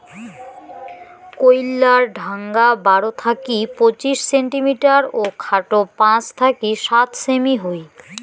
কইল্লার ঢাঙা বারো থাকি পঁচিশ সেন্টিমিটার ও খাটো পাঁচ থাকি সাত সেমি হই